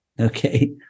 Okay